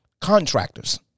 Contractors